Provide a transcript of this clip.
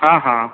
ହଁ ହଁ